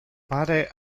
pare